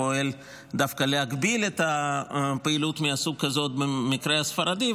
פועל דווקא להגביל את הפעילות מהסוג הזה במקרה הספרדי,